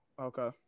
okay